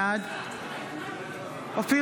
בעד אופיר